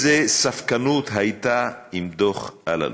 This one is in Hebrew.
איזו ספקנות הייתה עם דוח אלאלוף.